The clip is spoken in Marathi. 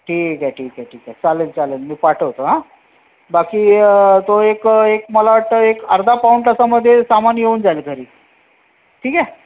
ठीक आहे ठीक आहे ठीक आहे चालेल चालेल मी पाठवतो आं बाकी तो एक एक मला वाटतं एक अर्धा पाऊण तासामध्ये सामान येऊन जाईल घरी ठीक आहे